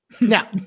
Now